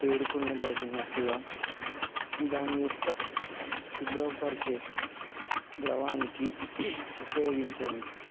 పేర్కొనబడినట్టుగా దాని యొక్క శుభ్రపరిచే ద్రవానికి ఉపయోగించండి